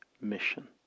Mission